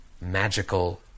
magical